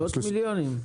מאות מיליונים.